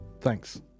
thanks